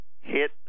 hit